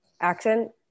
accent